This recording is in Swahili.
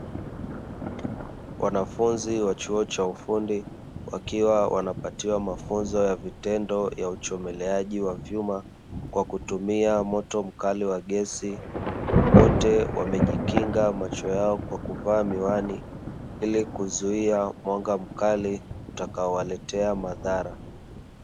Wanafunzi wa chuo cha ufundi, wakiwa wanapatiwa mafunzo ya vitendo ya uchomeleaji wa vyuma; kwa kutumia moto mkali wa gesi, wote wamejikinga macho yao kwa kuvaa miwani ili kuzuia mwanga mkali utakaowaletea madhara.